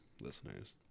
listeners